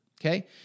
okay